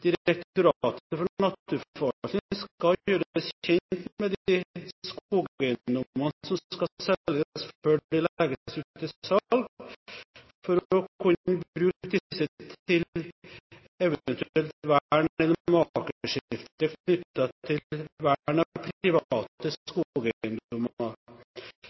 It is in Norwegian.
Direktoratet for naturforvaltning skal gjøres kjent med de skogeiendommene som skal selges, før de legges ut for salg, for å kunne bruke disse til eventuelt vern eller makeskifte knyttet til vern av